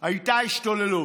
הייתה השתוללות.